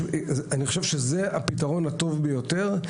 אני חושב שזה הפתרון הטוב ביותר.